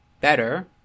better